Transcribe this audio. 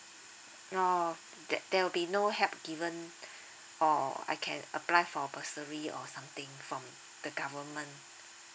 oh there there will be no help given or I can apply for bursary or something from the government